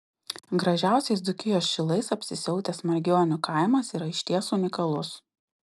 gražiausiais dzūkijos šilais apsisiautęs margionių kaimas yra išties unikalus